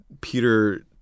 Peter